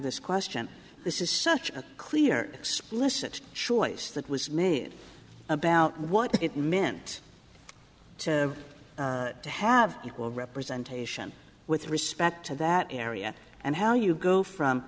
this question this is such a clear explicit choice that was made about what it meant to have equal representation with respect to that area and how you go from